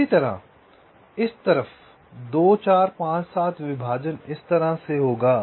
इसी तरह इस तरफ 2 4 5 7 विभाजन इस तरह होगा